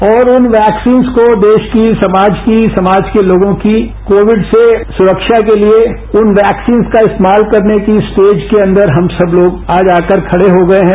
और उन वैक्सीन्स को देश की समाज की समाज की समाज के लोगों की कोविड से सुरक्षा के लिए इन वैक्सीन्स का इस्तेमाल करने की स्टेज के अंदर हम सब लोग आज आकर खड़े हो गए हैं